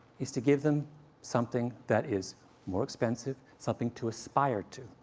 is to give them something that is more expensive, something to aspire to.